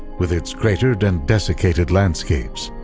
with its cratered and dessicated landscapes,